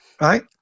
Right